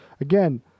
again